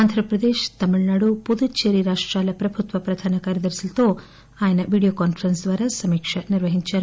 ఆంధ్రప్రదేశ్ తమిళనాడు పుదుచ్చేరి రాష్టాల ప్రభుత్వ ప్రధాన కార్యదర్శులతో ఆయన వీడియో కాన్పరెస్స్ ద్వారా సమీక్ష నిర్వహించారు